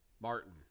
Martin